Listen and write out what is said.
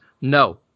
No